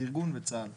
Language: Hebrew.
הארגון וצה"ל.